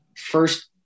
first